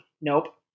Nope